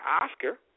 Oscar